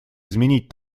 изменить